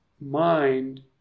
mind